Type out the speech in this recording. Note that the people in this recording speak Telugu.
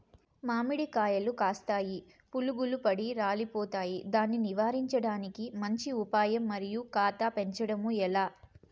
మామిడి కాయలు కాస్తాయి పులుగులు పడి రాలిపోతాయి దాన్ని నివారించడానికి మంచి ఉపాయం మరియు కాత పెంచడము ఏలా?